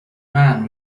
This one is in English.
man